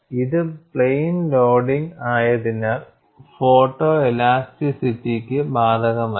ഇത് plain loading ആയതിന്നാൽ photo ഇലാസ്റ്റിറ്റിക്ക് ബാധകമല്ല